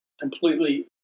completely